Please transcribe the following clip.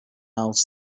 out